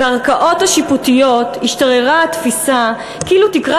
בערכאות השיפוטיות השתררה התפיסה כאילו תקרת